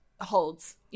holds